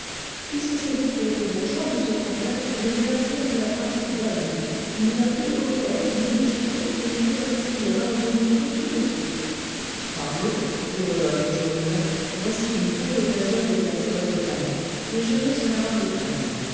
puisque c'est vous qui êtes le bourgeois monsieur francoeur je viens vous dire que la pratique donne il n'y a plus de côtelettes ni de gigots et il faudrait saigner un ou deux moutons tout de suite parbleu dit rodolphe au chourineur voici une belle occasion d'exercer votre talent et je veux en avoir l'étrenne